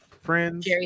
Friends